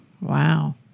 Wow